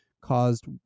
caused